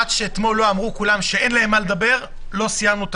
עד שאתמול לא אמרו כולם שאין להם מה לדבר לא סיימנו את